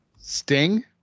Sting